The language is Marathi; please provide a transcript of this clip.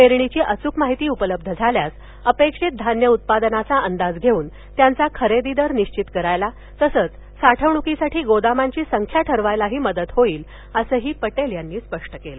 पेरणीची अच्क माहिती उपलब्ध झाल्यास अपेक्षित धान्य उत्पादनाचा अंदाज घेऊन त्यांचा खरेदी दर निश्चित करणं तसंच साठवण्कीसाठी गोदामांची संख्या ठरवण्यासही मदत होईल असंही पटेल यांनी स्पष्ट केलं